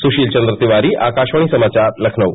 सुशील चन्द्र तिवारी आकाशवाणी समाचार लखनऊ